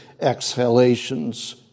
exhalations